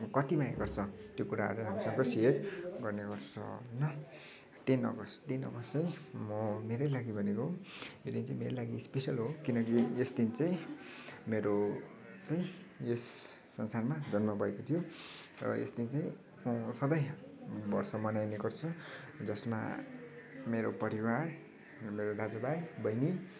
कति माया गर्छ त्यो कुराहरू हामीसँग सेयर गर्ने गर्छ होइन टेन अगस्त टेन अगस्त चाहिँ म मेरै लागि भनेको हो किनकि मेरो लागि इस्पेसल हो किनकि यस दिन चाहिँ मेरो चाहिँ यस संसारमा जन्म भएको थियो र यस दिन चाहिँ म सधैँ वर्ष मनाइने गर्छ जसमा मेरो परिवार मेरो दाजु भाइ बहिनी